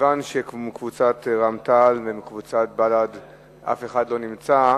מכיוון שמקבוצת רע"ם-תע"ל ומקבוצת בל"ד אף אחד לא נמצא,